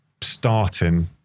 starting